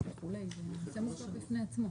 לכן לנו זה מאוד חשוב.